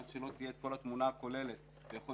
עד שלא תהיה התמונה הכוללת ויכול